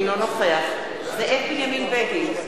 אינו נוכח זאב בנימין בגין,